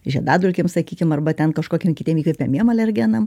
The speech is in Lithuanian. žiedadulkėm sakykim arba ten kažkokiem kitiem įkvepiamiem alergenam